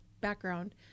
background